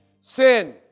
sin